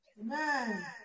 Amen